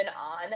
on